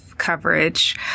coverage